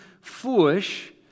foolish